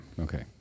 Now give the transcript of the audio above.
Okay